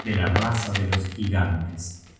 de la raza de los gigantes